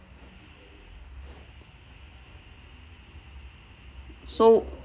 so